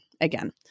again